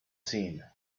seen